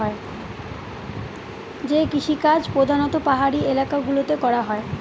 যে কৃষিকাজ প্রধানত পাহাড়ি এলাকা গুলোতে করা হয়